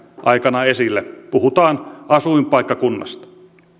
aikana esille puhutaan asuinpaikkakunnasta